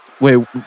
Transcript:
Wait